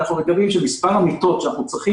אנחנו מקבלים שמספר המיטות שאנחנו צריכים